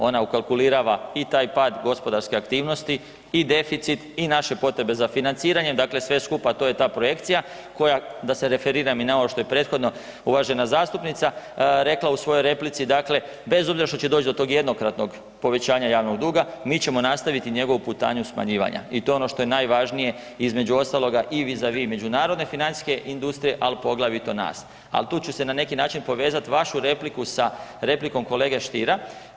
Ona ukalkulirava i taj pad gospodarske aktivnosti i deficit i naše potrebe za financiranjem, dakle sve skupa to je ta projekcija koja, da se referiram i na ovo što je prethodno uvažena zastupnica rekla u svojoj replici, dakle bez obzira što će doć do tog jednokratnog povećanja javnog duga, mi ćemo nastaviti njegovu putanju smanjivanja i to je ono što je najvažnije, između ostaloga i vizavi međunarodne financijske industrije, al poglavito nas, al tu ću se na neki način povezat vašu repliku sa replikom kolege Stiera.